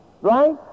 Right